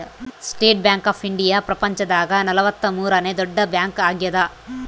state bank of India ಪ್ರಪಂಚ ದಾಗ ನಲವತ್ತ ಮೂರನೆ ದೊಡ್ಡ ಬ್ಯಾಂಕ್ ಆಗ್ಯಾದ